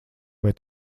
vai